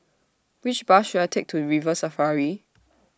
Which Bus should I Take to River Safari